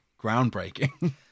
groundbreaking